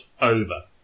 over